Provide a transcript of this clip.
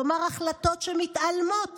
כלומר החלטות שמתעלמות